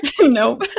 nope